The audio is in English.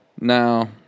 Now